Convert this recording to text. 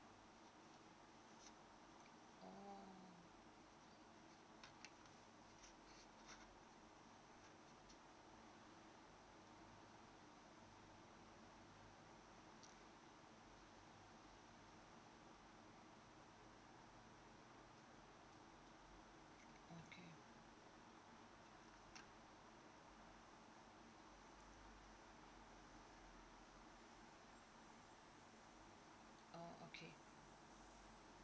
oh okay oh okay